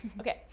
Okay